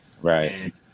right